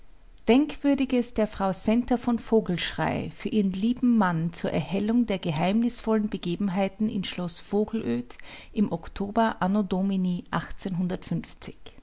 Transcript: denkwürdiges der frau centa von vogelschrey für ihren lieben mann zur erhellung der geheimnisvollen begebenheiten in schloß vogelöd im oktober a